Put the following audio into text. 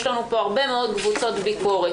יש לנו פה הרבה מאוד קבוצות ביקורת.